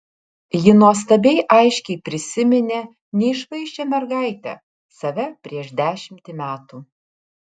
ji nuostabiai aiškiai prisiminė neišvaizdžią mergaitę save prieš dešimtį metų